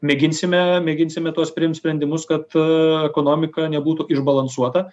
mėginsime mėginsime tuos priimt sprendimus kad ekonomika nebūtų išbalansuota